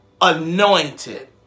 anointed